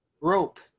rope